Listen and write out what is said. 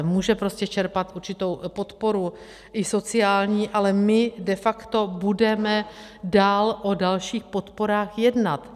Může čerpat určitou podporu i sociální, ale my de facto budeme dál o dalších podporách jednat.